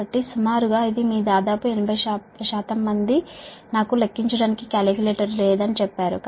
కాబట్టి సుమారుగా 80 మంది నాకు లెక్కించడానికి కాలిక్యులేటర్ లేదని చెప్పారు